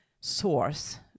source